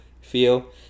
feel